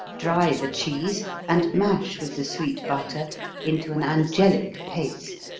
dry the cheese and mash with the sweet butter into an angelic paste.